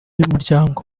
y’umuryango